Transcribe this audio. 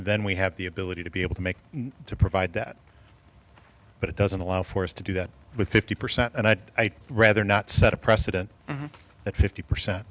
then we have the ability to be able to make to provide that but it doesn't allow for us to do that with fifty percent and i'd rather not set a precedent that fifty percent